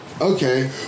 Okay